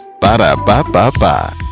Ba-da-ba-ba-ba